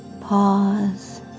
pause